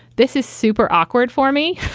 this is super awkward for me.